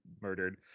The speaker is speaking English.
murdered